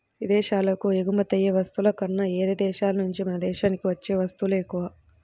ఇదేశాలకు ఎగుమతయ్యే వస్తువుల కన్నా యేరే దేశాల నుంచే మన దేశానికి వచ్చే వత్తువులే ఎక్కువ